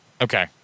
Okay